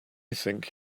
think